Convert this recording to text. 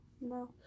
No